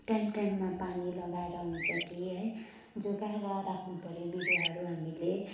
time टाइममा पानी लगाएर हुन्छ कि है जोगाएर राख्नुपर्यो बिरुवाहरू हामीले